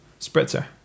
spritzer